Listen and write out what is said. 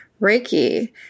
Reiki